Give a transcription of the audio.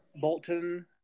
Bolton